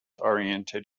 oriented